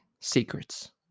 secrets